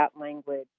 language